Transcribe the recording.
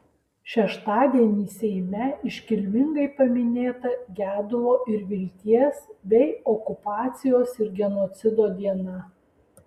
šeštadienį seime iškilmingai paminėta gedulo ir vilties bei okupacijos ir genocido diena